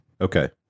Okay